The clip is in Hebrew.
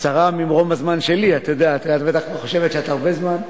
קצרה ממרום הזמן שלי, את בטח חושבת שאת הרבה זמן,